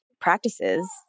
practices